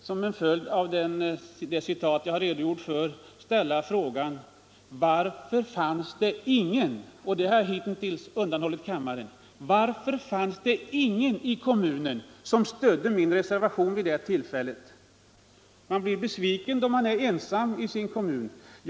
Som en följd av det citat jag nyss läste upp vill jag fråga: Varför fanns det ingen i kommunen som stödde min reservation vid det tillfället? Man blir besviken när man står ensam i sin kommun i en sådan här fråga.